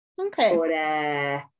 Okay